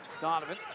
Donovan